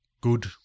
good